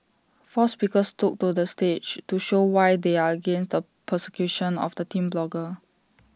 four speakers took to the stage to show why they are against the persecution of the teen blogger